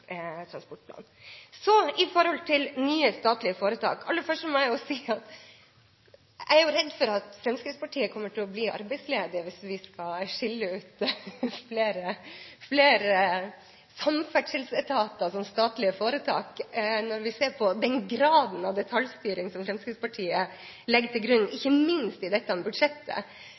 Så til nye statlige foretak: Aller først må jeg si at jeg er redd for at Fremskrittspartiet kommer til å bli arbeidsledig hvis vi skal skille ut flere samferdselsetater som statlige foretak, når vi ser på den graden av detaljstyring som Fremskrittspartiet legger til grunn, ikke minst i dette budsjettet.